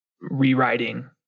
rewriting